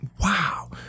wow